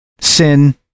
sin